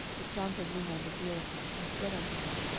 the sons of rimmon the beerothite, and said unto them,